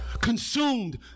consumed